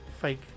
fake